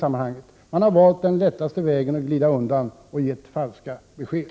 Man har valt den lättaste vägen — att glida undan och ge falska besked.